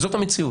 זאת המציאות.